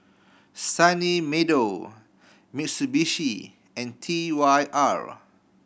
Sunny Meadow Mitsubishi and T Y R